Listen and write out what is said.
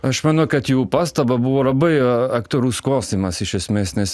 aš manau kad jų pastaba buvo labai aktualus klausimas iš esmės nes